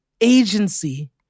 agency